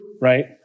right